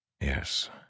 Yes